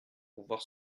pouvoir